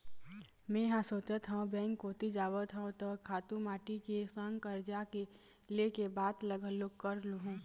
मेंहा सोचत हव बेंक कोती जावत हव त खातू माटी के संग करजा ले के बात ल घलोक कर लुहूँ